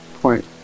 point